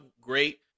great